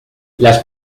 las